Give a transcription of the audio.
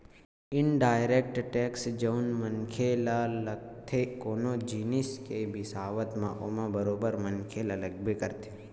indirect tax जउन मनखे ल लगथे कोनो जिनिस के बिसावत म ओमा बरोबर मनखे ल लगबे करथे